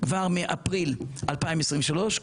כבר מאפריל 2023,